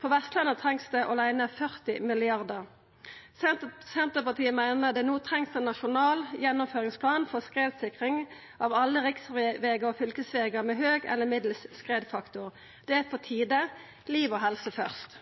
På Vestlandet åleine trengst det 40 mrd. kr. Senterpartiet meiner det no trengst ein nasjonal gjennomføringsplan for skredsikring av alle riksvegar og fylkesvegar med høg eller middels skredfaktor. Det er på tide – liv og helse først.